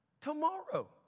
tomorrow